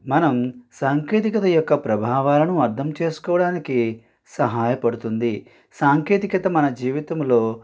మనం సాంకేతికత యొక్క ప్రభావాలను అర్థం చేసుకోడానికి సహాయపడుతుంది సాంకేతికత మన జీవితములో